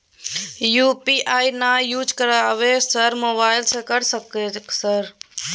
UPI ना use करवाएं sir mobile से कर सके सर?